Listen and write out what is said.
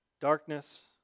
darkness